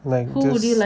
like just